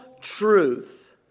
truth